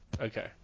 Okay